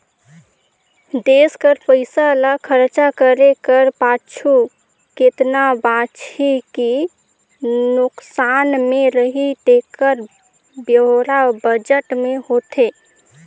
देस कर पइसा ल खरचा करे कर पाछू केतना बांचही कि नोसकान में रही तेकर ब्योरा बजट में होथे